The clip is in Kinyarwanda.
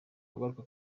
agaruka